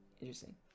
Interesting